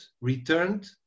returned